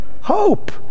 hope